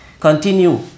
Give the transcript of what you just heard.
continue